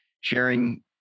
sharing